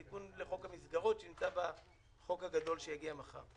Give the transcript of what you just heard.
התיקון לחוק המסגרות שנמצא בחוק הגדול שיגיע מחר.